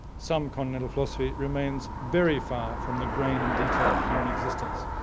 some continental philosophy remains very far from the grain and detail of human existence.